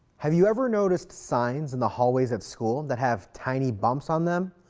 have you ever noticed signs in the hallways of schools that have tiny bumps on them?